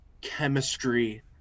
chemistry